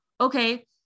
okay